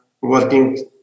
working